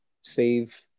save